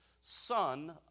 son